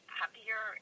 happier